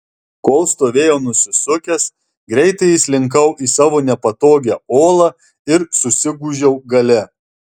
kol stovėjo nusisukęs greitai įslinkau į savo nepatogią olą ir susigūžiau gale